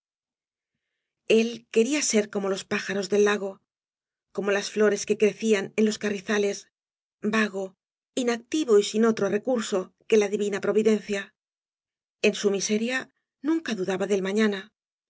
el quería ser como loa pájaros del lago como las flores que crecían en los carrizales vago inactivo y sin otro recurso que la divina providencia en su miseria nunca dudaba del mañana